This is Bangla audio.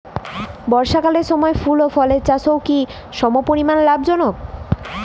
বর্ষাকালের সময় ফুল ও ফলের চাষও কি সমপরিমাণ লাভজনক?